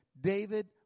David